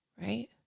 right